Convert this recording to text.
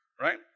right